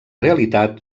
realitat